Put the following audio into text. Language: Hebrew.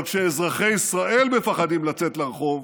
אבל כשאזרחי ישראל מפחדים לצאת לרחוב